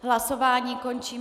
Hlasování končím.